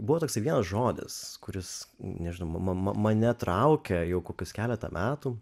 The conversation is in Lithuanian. buvo toksai vienas žodis kuris nežinau man mane traukė jau kokius keletą metų